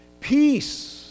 peace